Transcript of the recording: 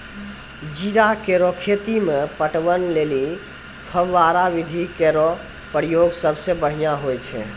जीरा केरो खेती म पटवन लेलि फव्वारा विधि केरो प्रयोग सबसें बढ़ियां होय छै